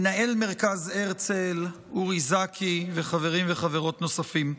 מנהל מרכז הרצל אורי זכי, וחברים וחברות נוספים.